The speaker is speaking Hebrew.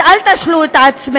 אז אל תשלו את עצמכם.